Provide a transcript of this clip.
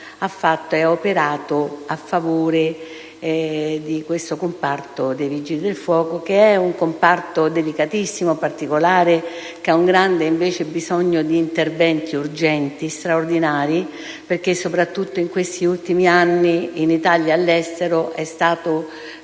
operando a favore del comparto dei Vigili del fuoco, che è un comparto delicatissimo e particolare che ha un grande bisogno di interventi urgenti e straordinari. Infatti, soprattutto in questi ultimi anni, in Italia e all'estero, è stato